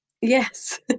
Yes